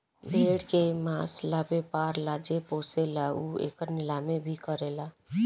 भेड़ के मांस ला व्यापर ला जे पोसेला उ एकर नीलामी भी करेला